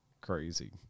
crazy